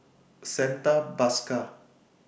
Santha Bhaskar